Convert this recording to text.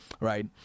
Right